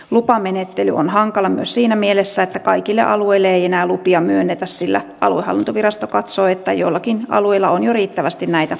lupamenettely on hankala myös siinä mielessä että kaikille alueille ei enää lupia myönnetä sillä aluehallintovirasto katsoo että joillakin alueilla on jo riittävästi näitä elintarvikekioskeja